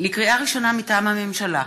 לקריאה ראשונה, מטעם הממשלה: